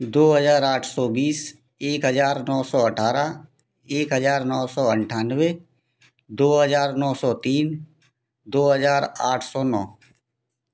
दो हजार आठ सौ बीस एक हजार नौ सौ अठारह एक हजार नौ सौ अंठानबे दो हजार नौ सौ तीन दो हजार आठ सौ नौ